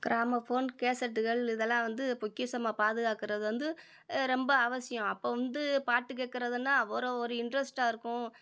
gramophone கேசட்டுகள் இதெல்லாம் வந்து பொக்கிஷமாக பாதுகாக்கிறது வந்து ரொம்ப அவசியம் அப்போ வந்து பாட்டு கேட்கறதுனா ஒரு ஒரு இன்ட்ரெஸ்ட்டாக இருக்கும்